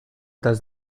does